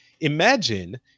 imagine